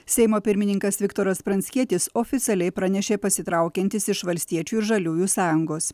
seimo pirmininkas viktoras pranckietis oficialiai pranešė pasitraukiantis iš valstiečių ir žaliųjų sąjungos